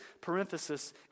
parenthesis